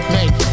Make